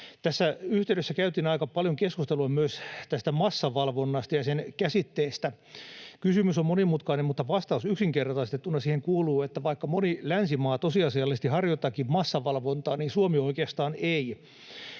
Tässä yhteydessä käytiin aika paljon keskustelua myös tästä massavalvonnasta ja sen käsitteistä. Kysymys on monimutkainen, mutta vastaus siihen kuuluu yksinkertaistettuna, että vaikka moni länsimaa tosiasiallisesti harjoittaakin massavalvontaa, niin Suomi oikeastaan ei.